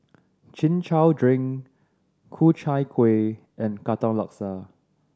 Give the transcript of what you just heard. Chin Chow drink Ku Chai Kuih and Katong Laksa